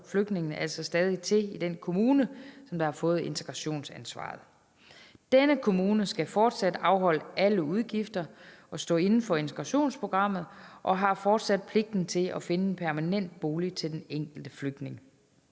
flygtningene altså stadig til i den kommune, som har fået integrationsansvaret. Denne kommune skal fortsat afholde alle udgifter og stå inde for integrationsprogrammet og har fortsat pligt til at finde en permanent bolig til den enkelte flygtning.